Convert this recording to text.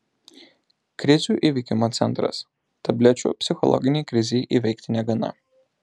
krizių įveikimo centras tablečių psichologinei krizei įveikti negana